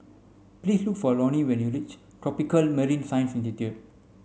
please look for Lonie when you reach Tropical Marine Science Institute